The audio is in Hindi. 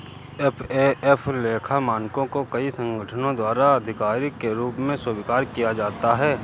एफ.ए.एफ लेखा मानकों को कई संगठनों द्वारा आधिकारिक के रूप में स्वीकार किया जाता है